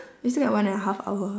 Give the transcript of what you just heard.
we still got one and a half hour